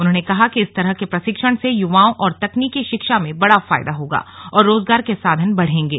उन्होंने कहा कि इस तरह के प्रशिक्षण से युवाओं और तकनीकि शिक्षा में बड़ा फायदा होगा और रोजगार के साधन बढ़ेंगे